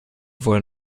wurde